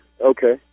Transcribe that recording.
Okay